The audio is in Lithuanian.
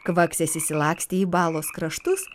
kvaksės išsilakstė į balos kraštus